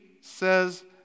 says